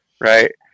right